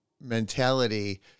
mentality